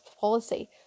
policy